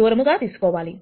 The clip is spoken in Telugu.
దూరము తీసుకోవాలి